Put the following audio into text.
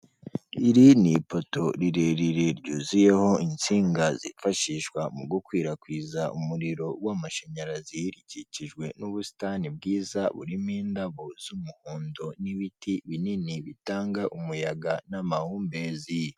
Iri ni ipoto rirerire ryuzuyeho insinga zifashishwa mu gukwirakwiza umuriro w'amashanyarazi, rikikijwe n'ubusitani bwiza burimo indabo z'umuhondo n'ibiti binini bitanga umuyaga n'amahumbezi.